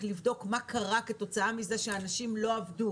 לבדוק מה קרה כתוצאה מזה שאנשים לא עבדו